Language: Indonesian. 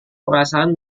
perasaan